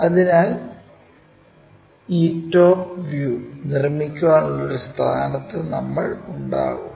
അതിനാൽ ഈ top view നിർമ്മിക്കാനുള്ള ഒരു സ്ഥാനത്ത് നമ്മൾ ഉണ്ടാകും